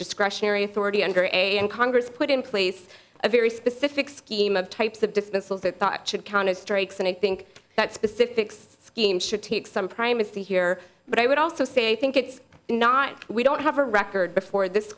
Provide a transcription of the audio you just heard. discretionary authority under a and congress put in place a very specific scheme of types of dismissals that that should count as strikes and i think that specific scheme should take some primacy here but i would also say i think it's not we don't have a record before this